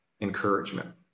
encouragement